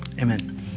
amen